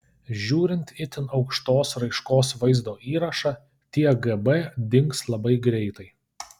žiūrint itin aukštos raiškos vaizdo įrašą tie gb dings labai greitai